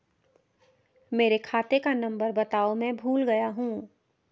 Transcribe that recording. मेरे खाते का नंबर बताओ मैं भूल गया हूं